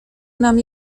nam